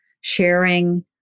sharing